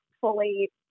fully